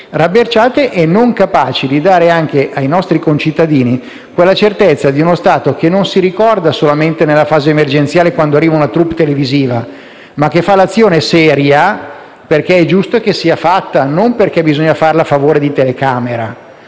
rabberciate e non capaci di dare ai nostri concittadini la certezza di uno Stato che non si ricorda della situazione solamente nella fase emergenziale, quando arriva una *troupe* televisiva, ma compie un'azione seria perché è giusto che sia fatta e non perché bisogna farla a favore di telecamera.